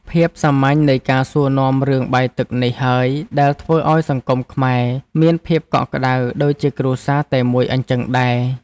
ភាពសាមញ្ញនៃការសួរនាំរឿងបាយទឹកនេះហើយដែលធ្វើឱ្យសង្គមខ្មែរមានភាពកក់ក្តៅដូចជាគ្រួសារតែមួយអញ្ចឹងដែរ។